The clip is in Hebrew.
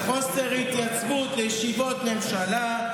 בחוסר התייצבות לישיבות ממשלה.